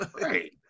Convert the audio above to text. Right